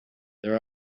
there